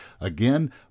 Again